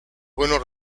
buenos